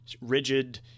rigid